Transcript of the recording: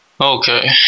Okay